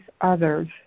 others